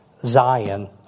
Zion